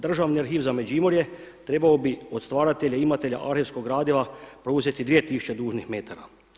Državni arhiv za Međimurje trebao bi od stvaratelja imatelja arhivskog gradiva preuzeti dvije tisuće dužnih metara.